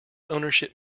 ownership